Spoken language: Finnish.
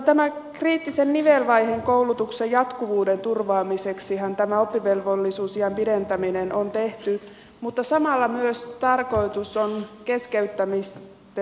tämän kriittisen nivelvaiheen koulutuksen jatkuvuuden turvaamiseksihan tämä oppivelvollisuusiän pidentäminen on tehty mutta samalla on myös tarkoituksena keskeyttämisten vähentäminen